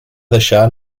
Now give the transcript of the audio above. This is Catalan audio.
deixar